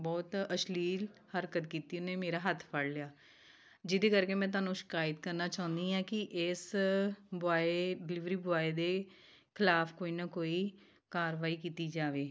ਬਹੁਤ ਅਸ਼ਲੀਲ ਹਰਕਤ ਕੀਤੀ ਉਹਨੇ ਮੇਰਾ ਹੱਥ ਫੜ ਲਿਆ ਜਿਹਦੇ ਕਰਕੇ ਮੈਂ ਤੁਹਾਨੂੰ ਸ਼ਿਕਾਇਤ ਕਰਨਾ ਚਾਹੁੰਦੀ ਹਾਂ ਕਿ ਇਸ ਬੁਆਏ ਡਿਲੀਵਰੀ ਬੁਆਏ ਦੇ ਖਿਲਾਫ਼ ਕੋਈ ਨਾ ਕੋਈ ਕਾਰਵਾਈ ਕੀਤੀ ਜਾਵੇ